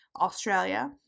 Australia